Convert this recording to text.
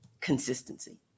consistency